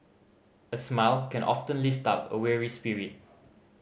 a smile can often lift up a weary spirit